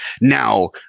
Now